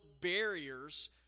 barriers